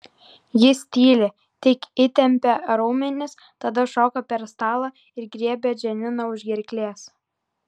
jis tyli tik įtempia raumenis tada šoka per stalą ir griebia džaniną už gerklės